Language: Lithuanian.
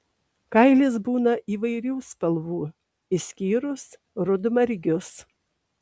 kailis būna įvairių spalvų išskyrus rudmargius